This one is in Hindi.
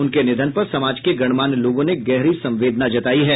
उनके निधन पर समाज के गणमान्य लोगों ने गहरी सम्वेदना जतायी है